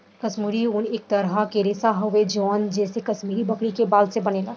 काश्मीरी ऊन एक अलग तरह के रेशा हवे जवन जे कि काश्मीरी बकरी के बाल से बनेला